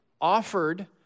offered